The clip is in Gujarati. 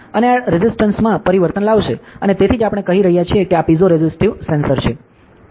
અને આ રેસિસ્ટન્સ માં પરિવર્તન લાવશે અને તેથી જ આપણે કહી રહ્યા છીએ કે આ પીઝોરેસિટીવ સેન્સર છે